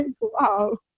wow